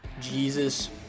Jesus